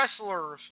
wrestlers